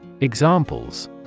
Examples